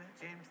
James